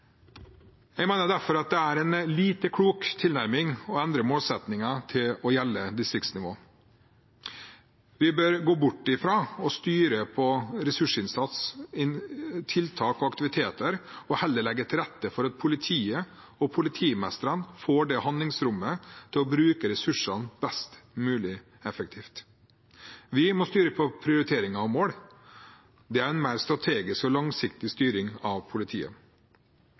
Jeg mener derfor det er en lite klok tilnærming å endre målsettingen til å gjelde distriktsnivå. Vi bør gå bort fra å styre på ressursinnsats, tiltak og aktiviteter og heller legge til rette for at politiet og politimestrene får det handlingsrommet til å bruke ressursene best mulig effektivt. Vi må styre på prioriteringer og mål. Det er en mer strategisk og langsiktig styring av politiet.